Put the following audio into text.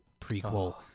prequel